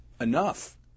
Enough